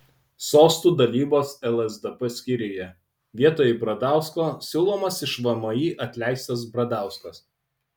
sostų dalybos lsdp skyriuje vietoj bradausko siūlomas iš vmi atleistas bradauskas